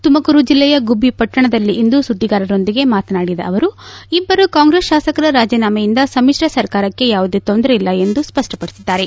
ತುಮಕೂರು ಜಲ್ಲೆಯ ಗುಬ್ಬ ಪಟ್ಟಣದಲ್ಲಿನಲ್ಲಿಂದು ಸುದ್ದಿಗಾರರೊಂದಿಗೆ ಮಾತನಾಡಿದ ಅವರು ಇಬ್ಬರು ಕಾಂಗ್ರೆಸ್ ಶಾಸಕರ ರಾಜೀನಾಮೆಯಿಂದ ಸಮಿತ್ರ ಸರ್ಕಾರಕ್ಕೆ ಯಾವುದೇ ತೊಂದರೆಯಿಲ್ಲ ಎಂದು ಅವರು ಸ್ಪಷ್ಪಪಡಿಸಿದ್ದಾರೆ